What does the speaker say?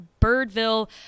Birdville